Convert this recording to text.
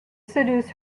seduce